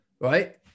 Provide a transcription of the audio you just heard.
right